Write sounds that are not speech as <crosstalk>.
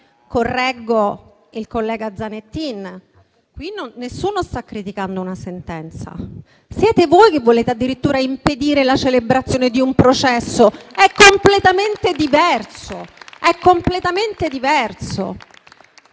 correggo il collega Zanettin: in questa sede nessuno sta criticando una sentenza; siete voi che volete addirittura impedire la celebrazione di un processo. È completamente diverso. <applause>